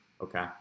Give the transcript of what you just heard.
okay